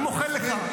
אני מוחל לך.